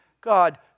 God